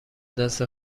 دست